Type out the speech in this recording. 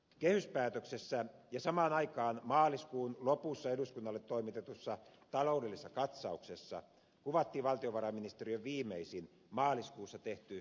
kehyspäätöksessä ja samaan aikaan maaliskuun lopussa eduskunnalle toimitetussa taloudellisessa katsauksessa kuvattiin valtiovarainministeriön viimeisin maaliskuussa tehty suhdanne ennuste